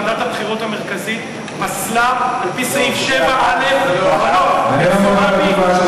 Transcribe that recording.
ועדת הבחירות המרכזית פסלה על-פי סעיף 7א את זועבי אישית.